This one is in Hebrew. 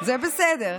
זה בסדר,